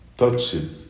touches